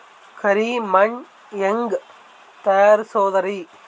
ಕರಿ ಮಣ್ ಹೆಂಗ್ ತಯಾರಸೋದರಿ?